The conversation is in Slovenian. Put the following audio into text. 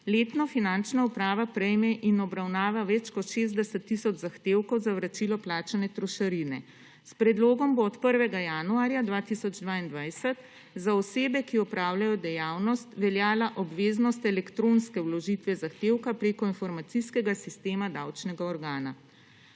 Letno finančna uprava prejme in obravnava več kot 60 tisoč zahtevkov za vračilo plačane trošarine. S predlogom bo od 1. januarja 2022 za osebe, ki opravljajo dejavnost veljala obveznost elektronske vložitve zahtevka preko informacijskega sistema davčnega organa.